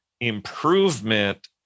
improvement